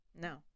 no